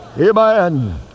Amen